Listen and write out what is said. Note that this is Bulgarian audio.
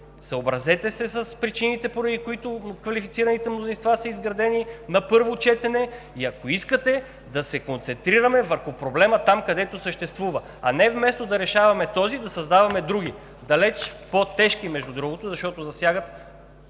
съобразете се с причините, поради които квалифицираните мнозинства са изградени на първо четене, и ако искате, да се концентрираме върху проблема там, където съществува, а не вместо да решаваме този, да създаваме други, между другото далеч по тежки, защото засягат